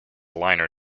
liner